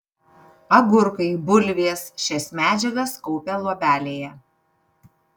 agurkai bulvės šias medžiagas kaupia luobelėje